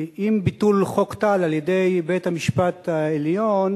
עם ביטול חוק טל על-ידי בית-המשפט העליון